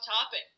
topic